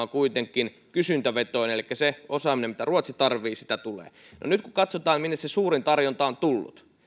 on kuitenkin kysyntävetoinen elikkä sitä osaamista mitä ruotsi tarvitsee tulee no nyt kun katsotaan minne se suurin tarjonta on tullut